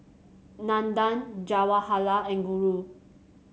Nandan Jawaharlal and Guru